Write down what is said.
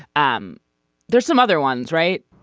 um there's some other ones right